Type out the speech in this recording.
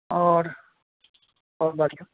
और और दाढ़ी है